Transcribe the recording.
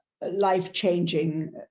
life-changing